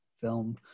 film